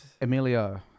Emilio